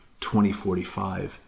2045